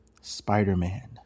Spider-Man